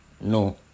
no